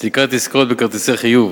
(סליקת עסקאות בכרטיסי חיוב).